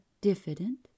diffident